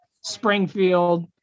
springfield